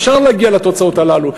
אפשר להגיע לתוצאות האלה,